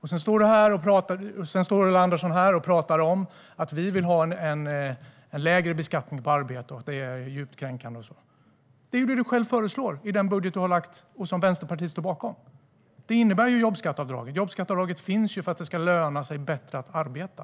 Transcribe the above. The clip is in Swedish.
Ulla Andersson står här och talar om att vi vill ha en lägre beskattning på arbete och att det är djupt kränkande. Det är ju vad du själv föreslår i den budget ni har lagt fram och som Vänsterpartiet står bakom! Den innebär jobbskatteavdrag, och jobbskatteavdraget finns för att det ska löna sig bättre att arbeta.